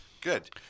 Good